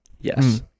Yes